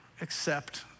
accept